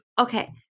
Okay